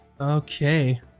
okay